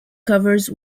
covers